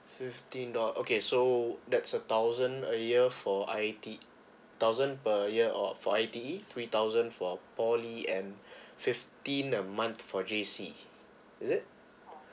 fifteen dol~ okay so that's a thousand a year for I_T thousand per year or for I_T_E three thousand for poly and fifteen a month for J_C is it